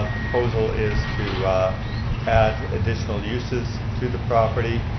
proposal is to add additional uses through the property,